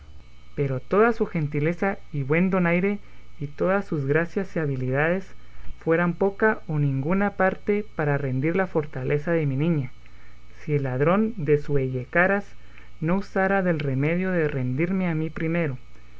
pero toda su gentileza y buen donaire y todas sus gracias y habilidades fueran poca o ninguna parte para rendir la fortaleza de mi niña si el ladrón desuellacaras no usara del remedio de rendirme a mí primero